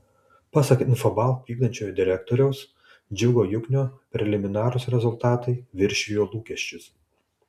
pasak infobalt vykdančiojo direktoriaus džiugo juknio preliminarūs rezultatai viršijo lūkesčius